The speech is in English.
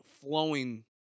flowing